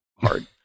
hard